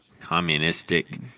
communistic